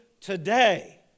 today